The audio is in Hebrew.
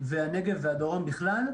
הנגב והדרום בכלל,